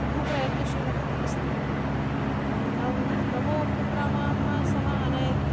बहु प्रयत्नशीलः अस्ति नव् नवोपक्रमान् सः आनयति